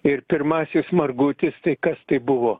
ir pirmasis margutis tai kas tai buvo